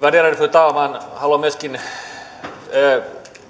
värderade fru talman haluan myöskin